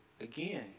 again